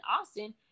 Austin